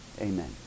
Amen